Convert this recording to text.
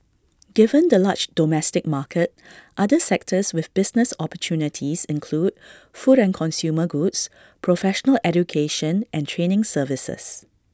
given the large domestic market other sectors with business opportunities include food and consumer goods professional education and training services